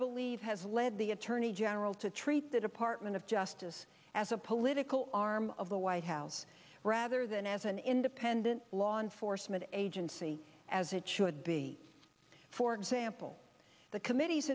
believe has led the attorney general to treat the department of justice as a political arm of the white house rather than as an independent law enforcement agency as it should be for example the committee